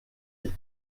ich